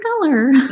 color